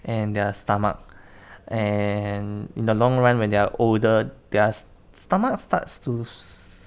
and their stomach and in the long run when they're older their stomach starts to s~